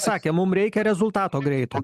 sakė mum reikia rezultato greito